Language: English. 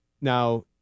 now